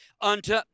unto